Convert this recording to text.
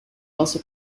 also